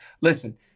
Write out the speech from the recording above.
Listen